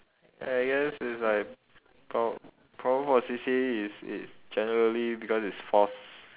I guess it's like prob~ problem for C_C_A is it's generally because it's forced